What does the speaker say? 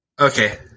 Okay